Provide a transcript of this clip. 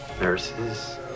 Nurses